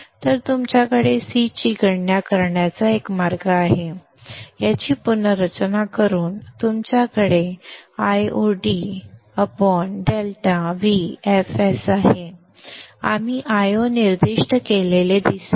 तर तुमच्याकडे C ची गणना करण्याचा एक मार्ग आहे याची पुनर्रचना करून तुमच्याकडे Iod ∆Vfs आहे आपण Io निर्दिष्ट केलेले दिसेल